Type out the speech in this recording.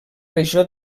regió